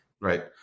right